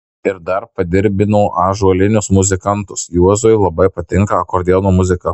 ir dar padirbino ąžuolinius muzikantus juozui labai patinka akordeono muzika